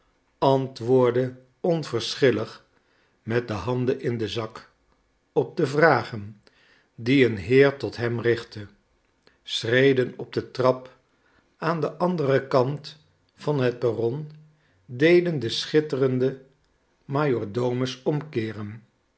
antwoordde onverschillig met de handen in den zak op de vragen die een heer tot hem richtte schreden op de trap aan den anderen kant van het perron deden den schitterenden majordomus omkeeren